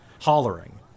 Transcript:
hollering